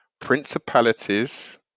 principalities